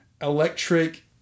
electric